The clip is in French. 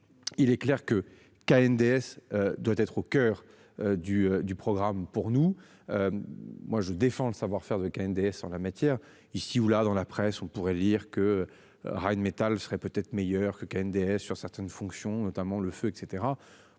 Il est clair que qu'NDS. Doit être au coeur du du programme pour nous. Moi je défends le savoir-faire de cas une déesse en la matière, ici ou là dans la presse on pourrait lire que Rheinmetall serait peut être meilleur que que NDS sur certaines fonctions, notamment le feu et